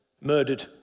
murdered